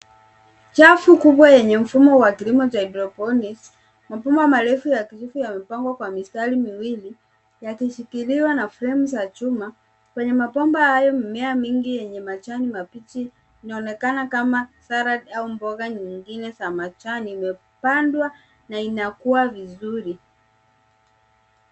Chafu kubwa yenye mfumo wa kilimo cha hydroponics . Mabomba marefu ya kijivu yamepangwa kwa mistari miwili, yakishilikiwa na fremu za chuma. Kwenye mabomba hayo, mimea mingi yenye majani mabichi inaonekana kama salad au mboga nyingine za majani, imepandwa na inakua vizuri.